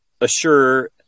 assure